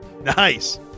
nice